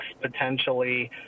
potentially